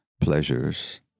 pleasures